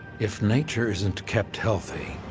if nature isn't kept healthy,